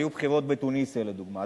היו בחירות בתוניסיה לדוגמה,